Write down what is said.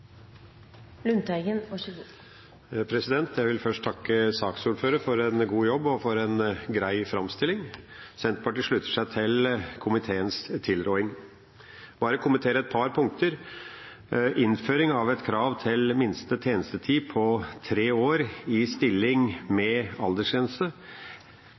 Jeg vil først takke saksordføreren for en god jobb og en grei framstilling. Senterpartiet slutter seg til komiteens tilråding. Jeg vil kommentere et par punkter. Innføring av et krav om en minste tjenestetid på tre år i stilling med lavere aldersgrense